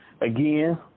Again